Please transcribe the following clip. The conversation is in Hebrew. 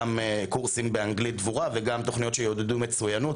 גם קורסים באנגלית דבורה וגם תוכניות שיעודדו מצוינות,